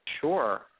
Sure